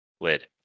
lid